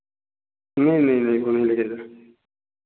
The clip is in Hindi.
नहीं नहीं नहीं वो नहीं लगेगा